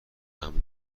امن